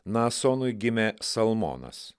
nasonui gimė salmonas